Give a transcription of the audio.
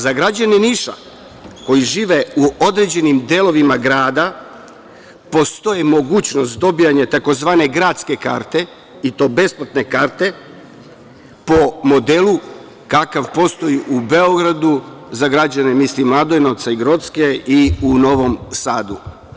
Za građane Niša, koji žive u određenim delovima grada postoji mogućnost dobijanja tzv. gradske karte i to besplatne karte po modelu kakav postoji u Beogradu za građane Mladenovca i Grocke i u Novom Sadu.